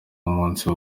umunsi